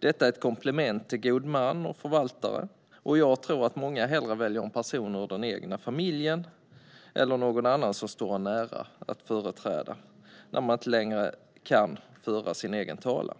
Detta är ett komplement till gode män och förvaltare, och jag tror att många hellre väljer en person ur den egna familjen eller någon annan som står en nära att företräda en när man inte längre kan föra sin egen talan.